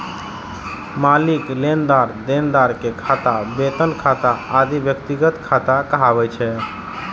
मालिक, लेनदार, देनदार के खाता, वेतन खाता आदि व्यक्तिगत खाता कहाबै छै